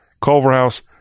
Culverhouse